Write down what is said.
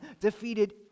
defeated